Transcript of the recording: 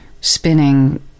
spinning